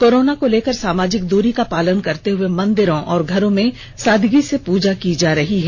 corona को लेकर सामाजिक दूरी का पालन करते हुए मंदिरों और घरों में सादगी से पूजा की जा रही है